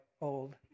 old